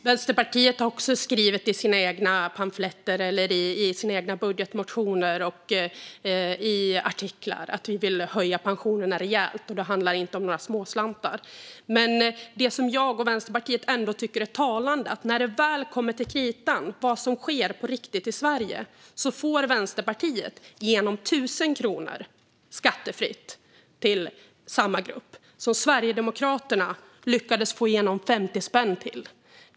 Herr talman! Vänsterpartiet har skrivit i sina egna pamfletter, sina egna budgetmotioner och artiklar att vi vill höja pensionerna rejält. Det handlar inte om några småslantar. Det som jag och Vänsterpartiet ändå tycker är talande är vad som sker på riktigt i Sverige när det väl kommer till kritan. Vänsterpartiet får igenom 1 000 kronor skattefritt till samma grupp som Sverigedemokraterna lyckades få igenom 50 spänn till.